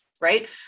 right